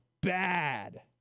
bad